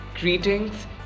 Greetings